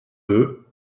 deux